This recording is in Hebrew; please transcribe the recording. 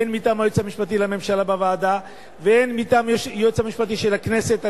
הן מטעם היועץ המשפטי לממשלה בוועדה והן מטעם היועץ המשפטי של הכנסת,